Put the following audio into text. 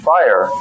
fire